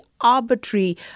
arbitrary